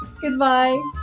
Goodbye